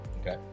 Okay